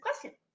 question